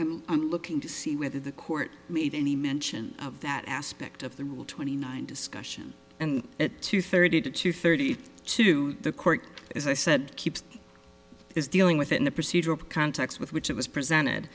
and i'm looking to see whether the court made any mention of that aspect of the rule twenty nine discussion and at two thirty to two thirty two the court as i said keeps is dealing with in the procedure of context with which it was presented